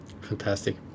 Fantastic